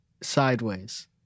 Sideways